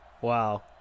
Wow